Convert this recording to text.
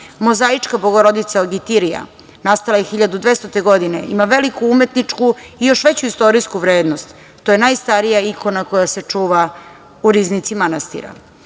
Mozaička Bogorodica Odigitrija nastala je 1200. godine i ima veliku umetničku i još veću istorijsku vrednost. To je najstarija ikona koja se čuva u riznici manastira.